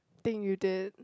thing you did